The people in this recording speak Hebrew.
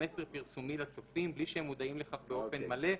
מסר פרסומי לצופים בלי שהם מודעים לכך באופן מלא,